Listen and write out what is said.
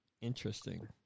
Interesting